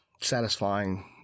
satisfying